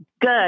Good